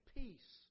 peace